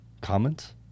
comments